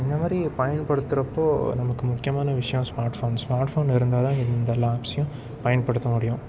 இந்த மாதிரி பயன்படுத்துகிறப்போ நம்மளுக்கு முக்கியமான விஷயம் ஸ்மார்ட் ஃபோன்ஸ் ஸ்மார்ட் ஃபோன் இருந்தால் தான் இந்த எல்லா ஆப்ஸ்ஸையும் பயன்படுத்த முடியும்